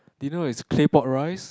dinner is claypot rice